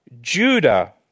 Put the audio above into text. Judah